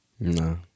No